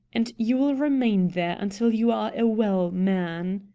and you will remain there until you are a well man.